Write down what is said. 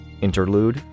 Interlude